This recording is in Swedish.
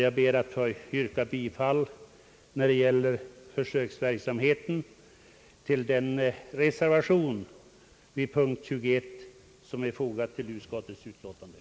Jag ber, herr talman, att få yrka bifall till den reservation som vid punkten 21 är fogad till utskottets utlåtande.